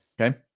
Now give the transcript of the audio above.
Okay